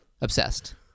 Obsessed